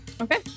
Okay